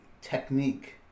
technique